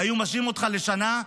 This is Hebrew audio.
היו משעים אותך לשנה,